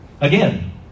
Again